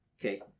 Okay